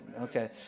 Okay